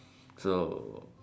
so